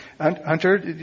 Hunter